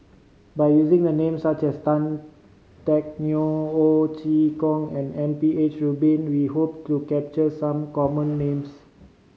by using the names such as Tan Teck Neo Ho Chee Kong and M P H Rubin we hope to capture some of the common names